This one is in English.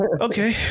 Okay